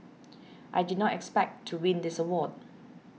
I did not expect to win this award